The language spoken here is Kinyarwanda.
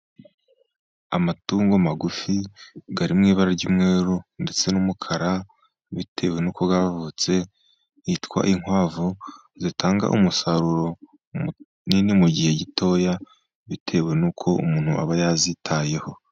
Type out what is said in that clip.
Amatungo magufi Ari mu ibara ry'umweru ndetse n'umukara bitewe n'uko yavutse. Yitwa inkwavu, zitanga umusaruro munini mu gihe gito, bitewe n'uko umuntu aba yazitayeho.